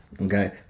Okay